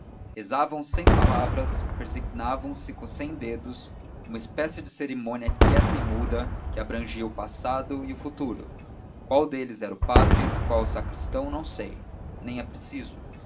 rezavam sem palavras persignavam se sem dedos uma espécie de cerimônia quieta e muda que abrangia o passado e o futuro qual deles era o padre qual o sacristão não sei nem é preciso